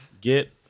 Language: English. get